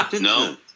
No